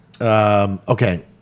Okay